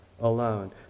alone